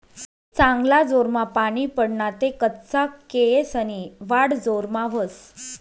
चांगला जोरमा पानी पडना ते कच्चा केयेसनी वाढ जोरमा व्हस